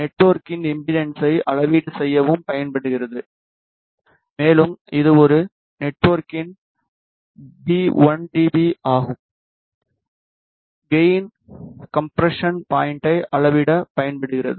நெட்ஒர்க்கின் இம்பெடன்ஸை அளவீடு செய்யவும் பயன்படுகிறது மேலும் இது ஒரு நெட்ஒர்க்கின் பி 1 டிபி ஆகும் கேய்ன் கம்ப்ரஷன் பாய்ண்டை அளவிட பயன்படுகிறது